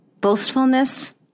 boastfulness